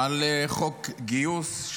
על חוק גיוס,